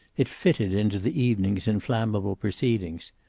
it fitted into the evening's inflammable proceedings.